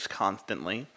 constantly